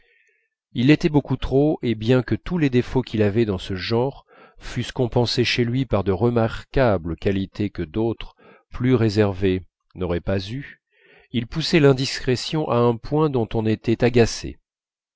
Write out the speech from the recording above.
il l'était beaucoup trop et bien que tous les défauts qu'il avait dans ce genre fussent compensés chez lui par de remarquables qualités que d'autres plus réservés n'auraient pas eues il poussait l'indiscrétion à un point dont on était agacé